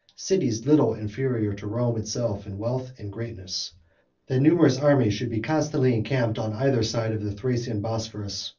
cities little inferior to rome itself in wealth and greatness that numerous armies should be constantly encamped on either side of the thracian bosphorus,